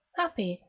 happy,